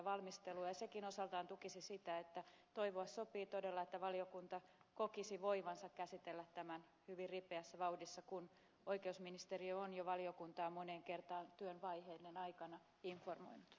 sekin osaltaan tukisi sitä että toivoa sopii todella että valiokunta kokisi voivansa käsitellä tämän hyvin ripeässä vauhdissa kun oikeusministeriö on jo valiokuntaa moneen kertaan työvaiheiden aikana informoinut